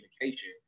communication